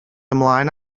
ymlaen